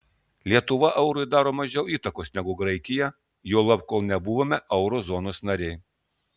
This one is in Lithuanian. lietuva eurui daro mažiau įtakos negu graikija juolab kol nebuvome euro zonos nariai